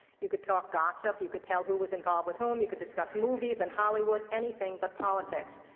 you could talk gossip, you could tell who was involved with whom, you could discuss movies and hollywood, anything but politics.